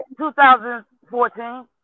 2014